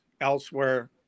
elsewhere